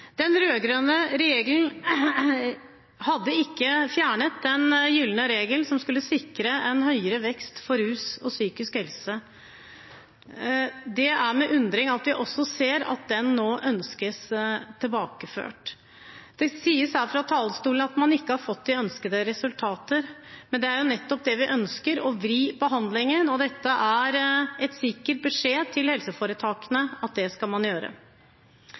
Den rød-grønne regjeringen fjernet også den gylne regel som skulle sikre en høyere vekst for rus og psykisk helse enn vanlig sykehusbehandling, og det er med undring vi nå ser at den ønskes tilbakeført. Det sies her fra talerstolen at man ikke har fått de ønskede resultater, men det er jo nettopp det vi ønsker, å vri behandlingen, og dette er en sikker beskjed til helseforetakene om at det skal man gjøre.